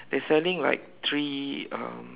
they selling like three um